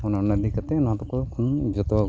ᱚᱱᱮ ᱚᱱᱟ ᱤᱫᱤ ᱠᱟᱛᱮ ᱱᱚᱣᱟ ᱫᱚ ᱠᱷᱚᱱ ᱡᱷᱚᱛᱚ